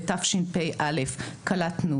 בתשפ"א קלטנו